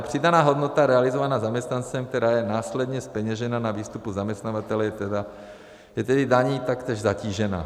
Přidaná hodnota realizovaná zaměstnancem, která je následně zpeněžena na výstupu zaměstnavatele, je tedy daní taktéž zatížena.